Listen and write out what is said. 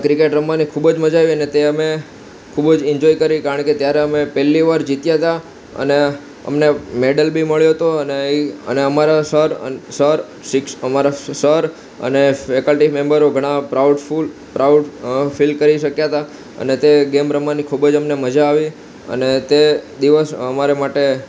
cricket રમવાની ખૂબ જ મજા આવી અને તે અમે ખૂબ જ ઇન્જોય કરી કારણ કે ત્યારે અમે પહેલી વાર જીત્યા હતા અને અમને મેડલ બી મળ્યો હતો અને એ અને અમારા સર સર અમારા સર અને ફેકલ્ટી મેમ્બરો ઘણા પ્રાઉડફૂલ પ્રાઉડ ફિલ કરી શક્યા હતા અને તે ગેમ રમવાની ખૂબ જ અમને મજા આવી અને તે દિવસ અમારા માટે